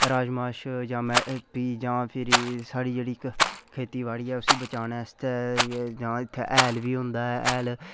राजमाश जां फिरी साढ़ी इक्क खेतीबाड़ी ऐ उसी बचाने आस्तै जां भी इत्थै हैल बी होंदा ऐ हैल